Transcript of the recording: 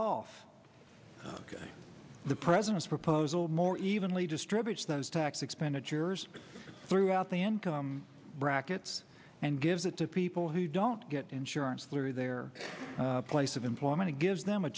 off the president's proposal more evenly distributes those tax expenditures throughout the income brackets and give that to people who don't get insurance through their place of employment it gives them a